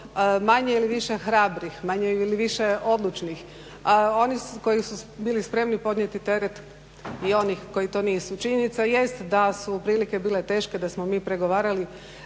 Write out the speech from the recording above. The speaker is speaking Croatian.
manje ili više hrabrih, manje ili više odlučnih a oni koji su bili spremni podnijeti teret i onih koji to nisu. Činjenica jest da su prilike bile teške, da smo mi pregovarali